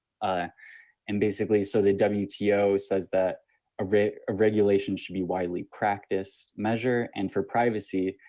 ah and basically so the wto says that a regulation should be widely practiced measure and for privacy,